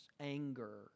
anger